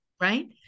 Right